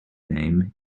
name